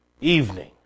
evening